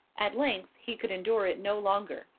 at length he could endure it no longer.